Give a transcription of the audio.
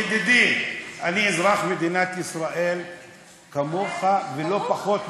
ידידי, אני אזרח מדינת ישראל כמוך ולא פחות ממך.